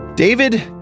David